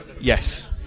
Yes